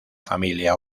familia